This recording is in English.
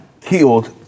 killed